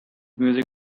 music